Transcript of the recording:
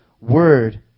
word